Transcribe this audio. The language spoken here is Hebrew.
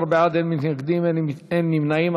11 בעד, אין מתנגדים, אין נמנעים.